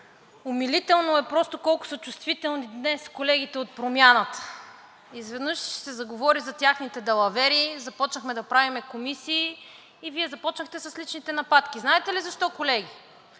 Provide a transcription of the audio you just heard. Умилително е просто колко са чувствителни днес колегите от Промяната. Изведнъж се заговори за техните далавери, започнахме да правим комисии и Вие започнахте с личните нападки. Знаете ли защо, колеги?